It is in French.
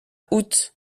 août